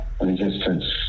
resistance